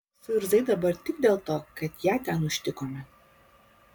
suirzai dabar tik dėl to kad ją ten užtikome